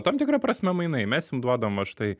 tam tikra prasme mainai mes jum duodama va štai